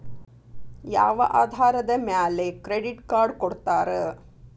ಯಾವ ಆಧಾರದ ಮ್ಯಾಲೆ ಕ್ರೆಡಿಟ್ ಕಾರ್ಡ್ ಕೊಡ್ತಾರ?